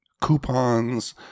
coupons